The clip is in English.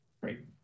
great